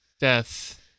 death